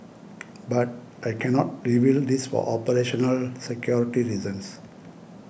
but I cannot reveal this for operational security reasons